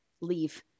Leave